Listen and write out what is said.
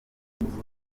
ukuboko